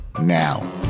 now